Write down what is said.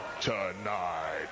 tonight